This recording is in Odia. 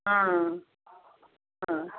ହଁ ହଁ